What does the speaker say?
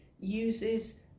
uses